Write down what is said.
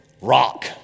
rock